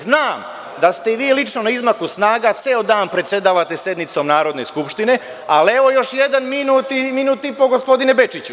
Znam da ste vi lično na izmaku snaga, ceo dan predsedavate sednicom Narodne skupštine, ali evo još jedan minut ili minut i po, gospodine Bečiću.